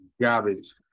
garbage